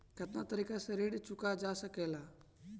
कातना तरीके से ऋण चुका जा सेकला?